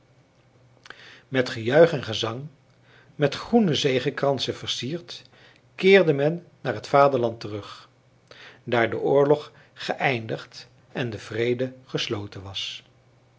met gejuich en gezang met groene zegekransen versierd keerde men naar het vaderland terug daar de oorlog geëindigd en de vrede gesloten was